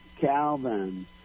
Calvin